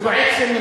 ובעצם,